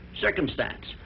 circumstance